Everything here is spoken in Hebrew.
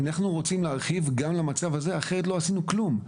אנחנו רוצים להרחיב גם למצב הזה כי אחרת לא עשינו כלום,